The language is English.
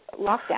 lockdown